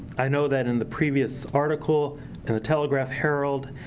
i know that in the previous article in the telegraph herald,